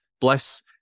bless